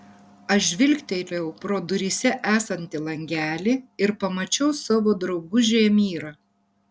aš žvilgtelėjau pro duryse esantį langelį ir pamačiau savo draugužį emyrą